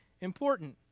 important